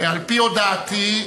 על-פי הודעתי,